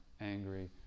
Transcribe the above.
angry